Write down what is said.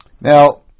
Now